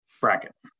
brackets